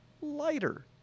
lighter